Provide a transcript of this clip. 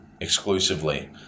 exclusively